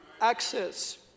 Access